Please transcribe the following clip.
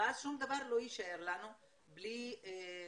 ואז שום דבר לא יישאר בלי חשיפה